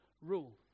rule